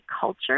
culture